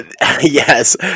Yes